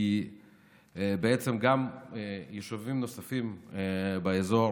כי בעצם גם יישובים נוספים באזור